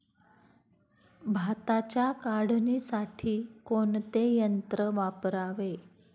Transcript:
भाताच्या काढणीसाठी कोणते यंत्र वापरावे?